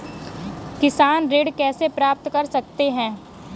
किसान ऋण कैसे प्राप्त कर सकते हैं?